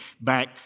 back